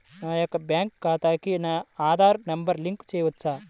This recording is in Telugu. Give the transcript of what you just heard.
నా యొక్క బ్యాంక్ ఖాతాకి నా ఆధార్ నంబర్ లింక్ చేయవచ్చా?